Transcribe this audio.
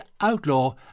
outlaw